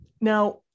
Now